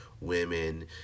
women